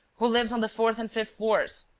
who lives on the fourth and fifth floors?